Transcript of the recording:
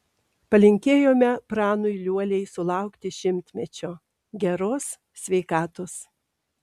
palinkėjome pranui liuoliai sulaukti šimtmečio geros sveikatos